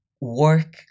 work